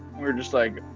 we're just like,